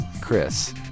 Chris